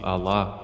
Allah